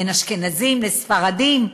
בין אשכנזים לספרדים,